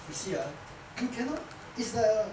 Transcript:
you see ah you cannot it's like a